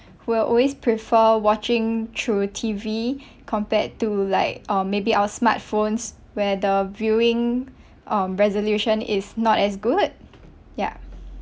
who will always prefer watching through T_V compared to like um maybe our smartphones where the viewing um resolution is not as good ya